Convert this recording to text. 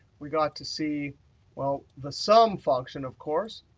we got to see well, the sum function, of course.